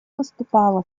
выступала